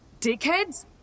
dickheads